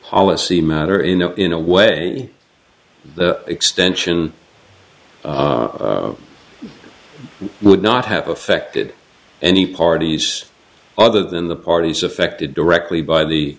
policy matter in a in a way the extension it would not have affected any parties other than the parties affected directly by the